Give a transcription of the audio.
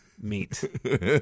meat